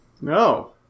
No